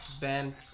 Ben